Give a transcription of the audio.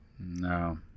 No